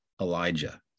Elijah